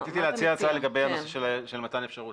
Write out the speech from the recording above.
רציתי להציע הצעה לגבי הנושא של מתן אפשרות.